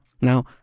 Now